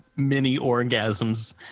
Mini-orgasms